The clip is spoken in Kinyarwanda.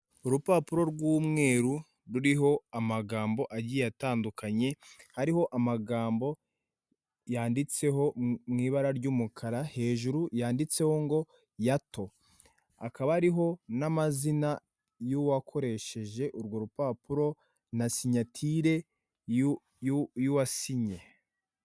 Urupapuro rw'umweru ruriho amagambo agiye atandukanye, hariho amagambo yanditseho mu ibara ry'umukara, hejuru yanditseho ngo "yato". Akaba ariho n'amazina y'uwakoresheje urwo rupapuro, na sinyatire yu yu y'uwasinye.